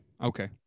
Okay